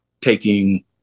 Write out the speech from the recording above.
taking